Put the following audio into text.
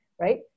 right